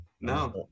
No